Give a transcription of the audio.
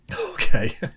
Okay